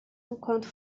enquanto